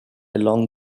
along